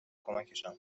کمکشان